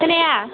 खोनाया